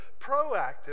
proactive